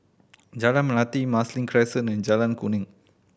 Jalan Melati Marsiling Crescent and Jalan Kuning